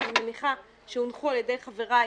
שאני מניחה שהונחו על ידי חבריי,